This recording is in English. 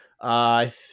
I